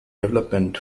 development